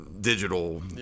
digital